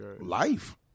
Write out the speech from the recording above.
Life